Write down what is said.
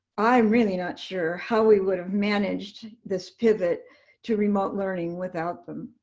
i'm really not sure how we would have managed this pivot to remote learning without them.